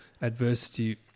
adversity